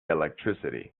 electricity